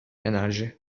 enerji